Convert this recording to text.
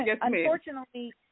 Unfortunately